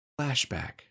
Flashback